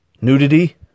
Nudity